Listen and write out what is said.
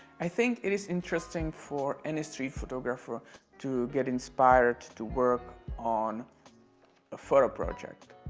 i think it is interesting for any street photographer to get inspired to work on a photo project.